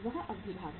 वह अवधि भाग है